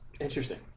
Interesting